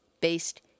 based